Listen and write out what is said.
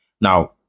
now